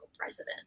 president